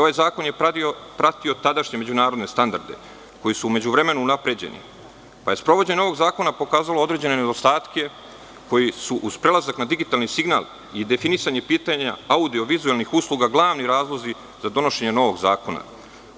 Ovaj zakon je pratio tadašnje međunarodne standarde koji su u međuvremenu unapređeni, pa je sprovođenje ovog zakona pokazalo određene nedostatke koji su uz prelazak na digitalni signal i definisanje pitanja audio-vizuelnih usluga glavni razlozi za donošenje novog zakona,